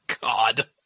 God